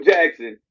Jackson